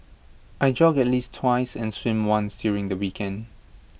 I jog at least twice and swim once during the weekend